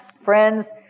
Friends